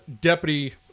deputy